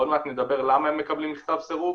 ועוד מעט נדבר למה הם מקבלים מכתב סירוב,